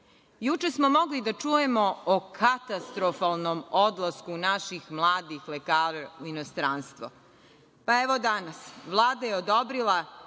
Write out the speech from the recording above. smo mogli da čujemo o katastrofalnom odlasku naših mladih lekara u inostranstvo. A evo danas – Vlada je odobrila